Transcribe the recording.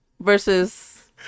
versus